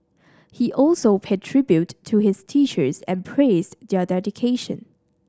he also paid tribute to his teachers and praised their dedication